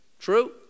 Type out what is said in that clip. True